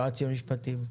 היועצים המשפטיים,